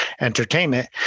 entertainment